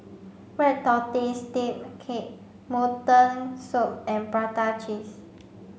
red tortoise steamed cake mutton soup and Prata cheese